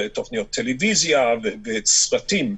בתכניות טלוויזיה ובצוותים,